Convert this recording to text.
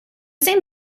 same